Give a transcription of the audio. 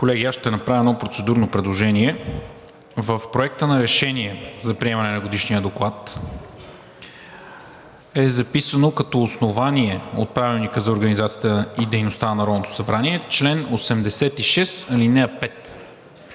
Колеги, ще направя едно процедурно предложение. В Проекта на решение за приемане на Годишния доклад е записано като основание от Правилника за организацията